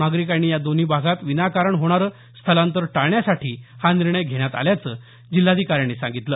नागरिकांनी या दोन्ही भागात विनाकारण होणारं स्थलांतर टाळण्यासाठी हा निर्णय घेण्यात आल्याचं जिल्हाधिकाऱ्यांनी सांगितलं